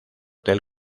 del